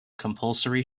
compulsory